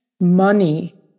money